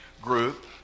group